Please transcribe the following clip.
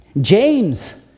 James